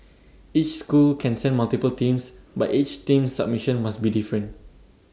each school can send multiple teams but each team's submission must be different